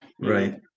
right